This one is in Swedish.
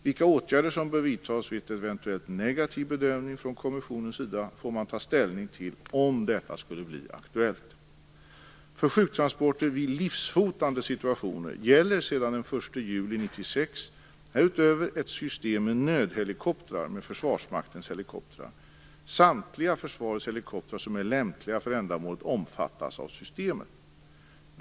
Vilka åtgärder som bör vidtas vid en eventuellt negativ bedömning från kommissionens sida får man ta ställning till om detta skulle bli aktuellt. För sjuktransporter vid livshotande situationer gäller sedan den 1 juli 1996 härutöver ett system med nödhelikopter med Försvarsmaktens helikoptrar. Samtliga försvarets helikoptrar som är lämpliga för ändamålet omfattas av systemet.